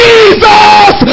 Jesus